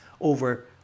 over